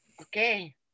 Okay